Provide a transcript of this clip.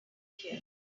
here